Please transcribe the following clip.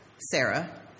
Sarah